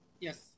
Yes